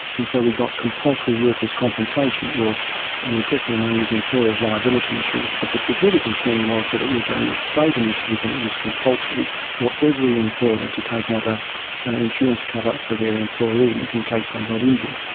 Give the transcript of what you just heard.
and so we got compulsory workers' compensation, or the technical name was employers liability insurance, but the significant thing was that it was a ah state initiative, and it was compulsory for every employer to take out ah an insurance cover for their employees in case they got injured.